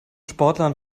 sportlern